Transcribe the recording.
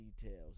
details